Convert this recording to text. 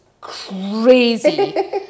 crazy